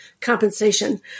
compensation